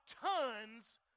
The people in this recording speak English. tons